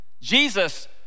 Jesus